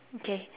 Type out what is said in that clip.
okay